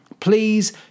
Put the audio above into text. Please